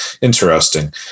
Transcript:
interesting